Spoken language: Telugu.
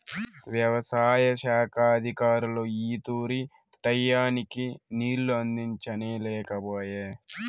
యవసాయ శాఖ అధికారులు ఈ తూరి టైయ్యానికి నీళ్ళు అందించనే లేకపాయె